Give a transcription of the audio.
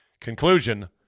Conclusion